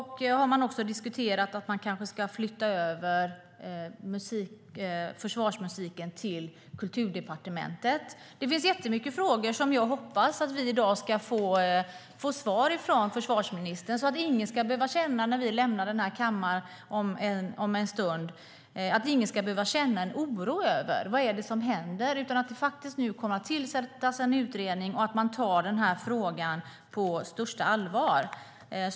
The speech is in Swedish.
Har man diskuterat att man kanske ska flytta över försvarsmusiken till Kulturdepartementet? Det finns jättemånga frågor som jag hoppas att vi ska få svar på i dag från försvarsministern, så att ingen när vi lämnar denna kammare om en stund ska behöva känna en oro över vad som händer utan att det nu kommer att tillsättas en utredning och att man tar denna fråga på största allvar.